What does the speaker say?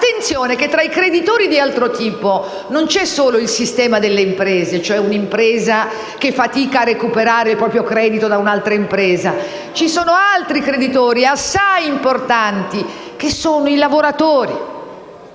Attenzione che tra questi non c'è soltanto il sistema delle imprese, cioè un'impresa che fatica a recuperare il proprio credito da un'altra impresa, ma ci sono altri creditori, assai importanti, che sono i lavoratori,